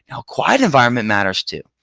a quiet environment matters too.